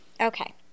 Okay